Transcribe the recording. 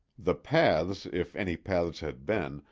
the paths, if any paths had been,